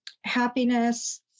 happiness